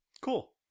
Cool